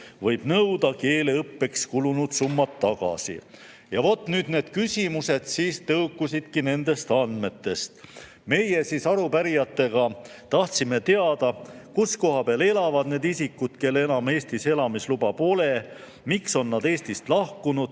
võib nõuda keeleõppeks kulunud summad tagasi. Ja vot nüüd need küsimused tõukusidki nendest andmetest. Meie arupärijatena tahtsime teada, kuskohas elavad need isikud, kellel enam Eestis elamisluba pole. Miks on nad Eestist lahkunud?